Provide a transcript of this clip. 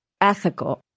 ethical